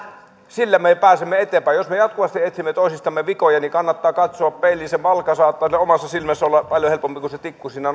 sillä me pääsemme eteenpäin jos me jatkuvasti etsimme toisistamme vikoja niin kannattaa katsoa peiliin se malka saattaa siellä omassa silmässä olla paljon helpompi poistaa kuin se tikku siinä